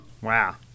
Wow